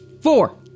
Four